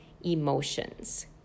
emotions